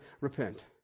Repent